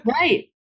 right